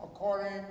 According